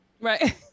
right